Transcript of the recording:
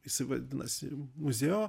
jisai vadinasi muzeo